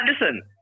Listen